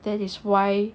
that is why